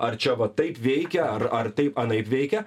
ar čia va taip veikia ar ar taip anaip veikia